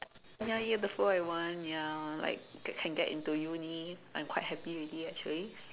ya ya before I want ya like can get into uni I am quite happy already actually